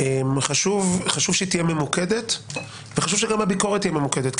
חשוב שהיא תהיה ממוקדת וחשוב שגם הביקורת תהיה ממוקדת,